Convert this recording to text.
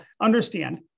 understand